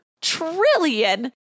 trillion